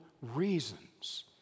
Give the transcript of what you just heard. reasons